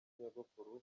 nyogokuru